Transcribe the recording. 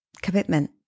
commitment